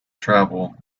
travel